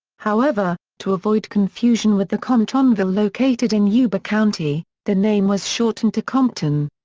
however, to avoid confusion with the comptonville located in yuba county, the name was shortened to compton.